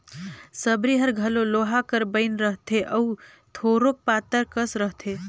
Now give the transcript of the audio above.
सबरी हर घलो लोहा कर बइन रहथे अउ थोरोक पातर कस रहथे